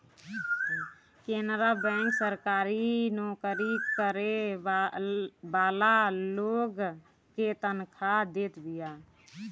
Canara bank सरकारी नोकरी करे वाला लोग के तनखा देत बिया